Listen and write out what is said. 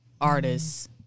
artists